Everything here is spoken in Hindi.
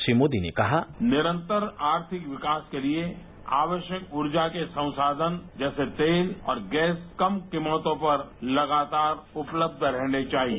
श्री मोदी ने कहा निरंतर आर्थिक विकास के लिए आवश्यक रूर्जा के संसाधन जैसे तेल और गैस कम कीमतों पर लगातार उपलब्ध रहने चाहिए